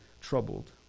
troubled